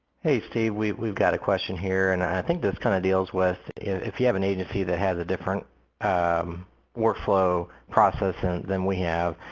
hey steve, we've we've got a question here. and i think this kind of deals with if you have an agency that has a different um workflow process than we have.